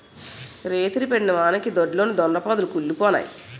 రేతిరి పడిన వానకి దొడ్లోని దొండ పాదులు కుల్లిపోనాయి